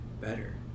better